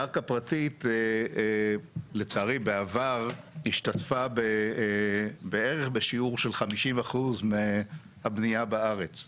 קרקע פרטית לצערי בעבר השתתפה בערך בשיעור של 50% מהבנייה בארץ.